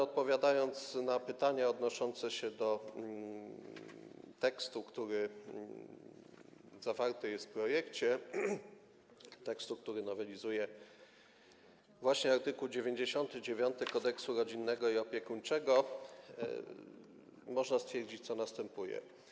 Odpowiadając na pytania odnoszące się do tekstu, który zawarty jest w projekcie, tekstu, który nowelizuje właśnie art. 99 Kodeksu rodzinnego i opiekuńczego, można stwierdzić, co następuje.